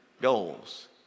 goals